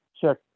check